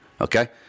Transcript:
okay